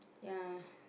ya